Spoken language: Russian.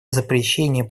запрещении